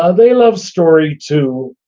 ah they love story too,